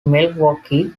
milwaukee